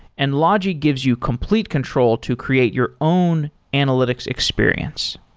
and logi gives you complete control to create your own analytics experience.